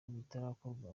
bitarakorwa